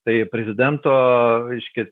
tai prezidento reiškia